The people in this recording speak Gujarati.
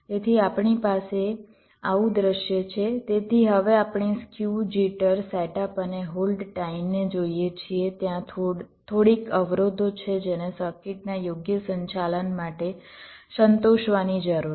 તેથી આપણી પાસે આવું દૃશ્ય છે તેથી હવે આપણે સ્ક્યુ જિટર સેટઅપ અને હોલ્ડ ટાઇમને જોઇએ છીએ ત્યાં થોડીક અવરોધો છે જેને સર્કિટના યોગ્ય સંચાલન માટે સંતોષવાની જરૂર છે